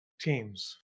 teams